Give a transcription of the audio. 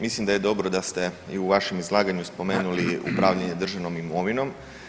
Mislim da je dobro da ste i u vašem izlaganju spomenuli upravljanje državnom imovinom.